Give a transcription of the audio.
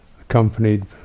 accompanied